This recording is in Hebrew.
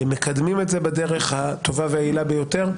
מקדמים את זה בדרך הטובה והיעילה ביותר,